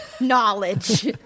knowledge